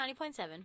90.7